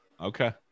okay